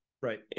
right